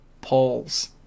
Pauls